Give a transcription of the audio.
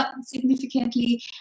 significantly